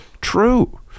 true